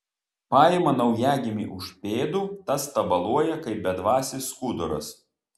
paima naujagimį už pėdų tas tabaluoja kaip bedvasis skuduras